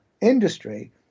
industry